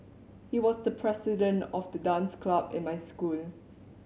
he was the president of the dance club in my school